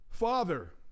father